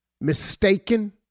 mistaken